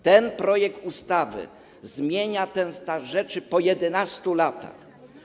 Ten projekt ustawy zmienia ten stan rzeczy po 11 latach.